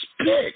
spit